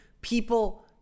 people